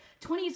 20s